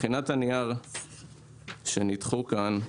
מבחינת הנייר שניתחו כאן,